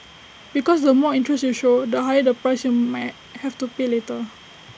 because the more interest you show the higher the price you may have to pay later